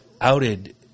outed